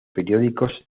periódicos